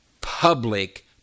public